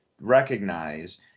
recognize